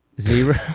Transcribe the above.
zero